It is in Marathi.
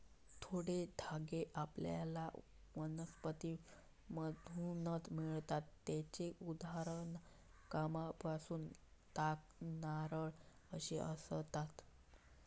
थोडे धागे आपल्याला वनस्पतींमधसून मिळतत त्येची उदाहरणा कापूस, ताग, नारळ अशी आसत